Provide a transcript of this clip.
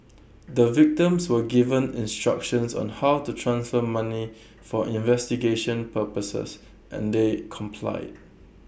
the victims were given instructions on how to transfer money for investigation purposes and they complied